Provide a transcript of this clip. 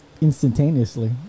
instantaneously